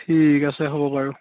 ঠিক আছে হ'ব বাৰু